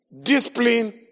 discipline